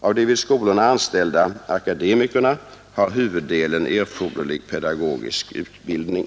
Av de vid skolorna anställda akademikerna har huvuddelen erforderlig pedagogisk utbildning.